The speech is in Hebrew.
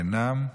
אינם.